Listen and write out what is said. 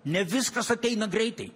ne viskas ateina greitai